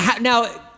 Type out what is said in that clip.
Now